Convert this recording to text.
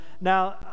now